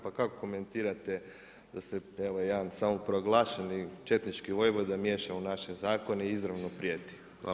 Pa kako komentirate da se evo jedan samoproglašeni četnički vojvoda miješa u naše zakone i izravno prijeti?